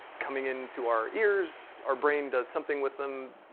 coming into our ears, our brain does something with them,